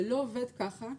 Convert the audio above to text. זה לא עובד ככה.